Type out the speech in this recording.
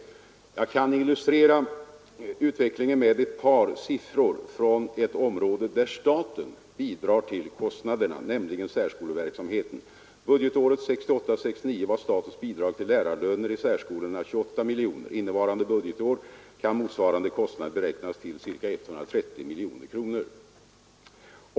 Jag kan illustrera utvecklingen med ett par siffror från ett område där staten bidrar till kostnaderna, nämligen särskoleverksamheten. Budgetåret 1968/69 var statens bidrag till lärarlöner i särskolorna 28 miljoner kronor. Innevarande budgetår kan motsvarande kostnader beräknas till ca 130 miljoner kronor.